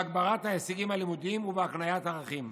בהגברת ההישגים הלימודיים ובהקניית ערכים.